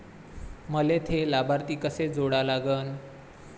मले थे लाभार्थी कसे जोडा लागन?